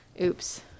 Oops